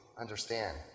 understand